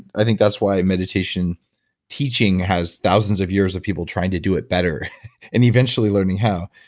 i think that's why meditation teaching has thousands of years of people trying to do it better and eventually learning how.